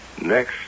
next